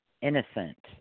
innocent